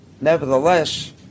nevertheless